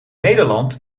nederland